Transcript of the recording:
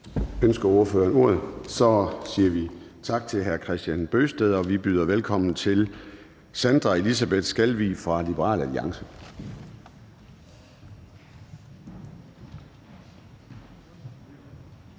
Ønsker ordføreren ordet? Nej. Så siger vi tak til hr. Kristian Bøgsted. Og vi byder velkommen til fru Sandra Elisabeth Skalvig fra Liberal Alliance.